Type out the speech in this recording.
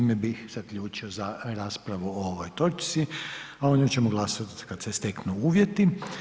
Time bih zaključio raspravu o ovoj točci, a o njoj ćemo glasat kad se steknu uvjeti.